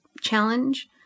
challenge